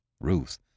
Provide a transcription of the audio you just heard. Ruth